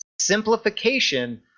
simplification